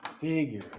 Figure